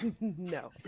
No